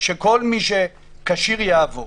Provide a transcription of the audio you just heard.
שכל מי שכשיר, יעבור.